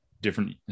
different